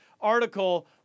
article